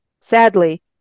sadly